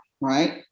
right